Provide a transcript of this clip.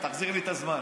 ותחזיר לי את הזמן.